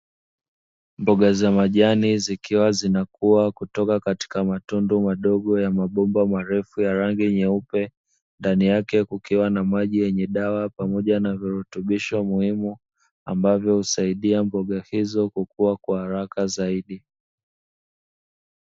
Mboga za majani zikiwa zinakua kutoka katika matundu madogo marefu ya rangi nyeupe, ndani yake kukiw ana maji yenye dawa pamoja na virutubisho muhimu, ambavyo husaidia mboga hizo kukua kwa haraka zaidi.